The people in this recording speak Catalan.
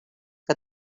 que